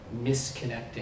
misconnecting